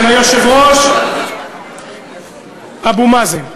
של היושב-ראש אבו מאזן.